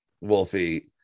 Wolfie